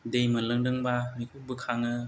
दै मोनलोंदोंबा बेखौ बोखांङो